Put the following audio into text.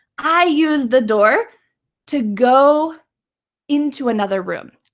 i use the door to go into another room.